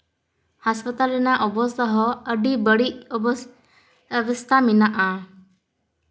ᱦᱟᱸᱥᱯᱟᱛᱟᱞ ᱨᱮᱱᱟᱜ ᱚᱵᱚᱥᱛᱷᱟ ᱦᱚᱸ ᱟᱹᱰᱤ ᱵᱟᱹᱲᱤᱡ ᱚᱵᱚᱥᱛᱷᱟ ᱢᱮᱱᱟᱜᱼᱟ